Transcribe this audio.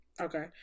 Okay